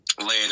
later